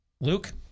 Luke